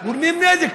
כן עושים את זה.